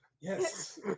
Yes